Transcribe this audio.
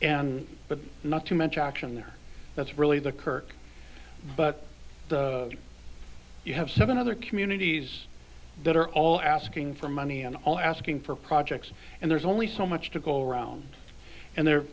and but not too much action there that's really the kirk but you have seven other communities that are all asking for money on all asking for projects and there's only so much to go around and the